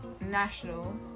national